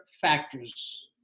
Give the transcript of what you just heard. factors